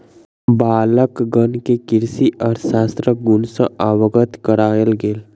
बालकगण के कृषि अर्थशास्त्रक गुण सॅ अवगत करायल गेल